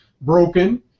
broken